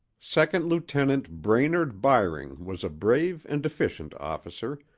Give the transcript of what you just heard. second-lieutenant brainerd byring was a brave and efficient officer,